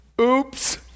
Oops